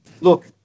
look